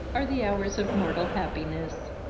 are the hours of mortal happiness!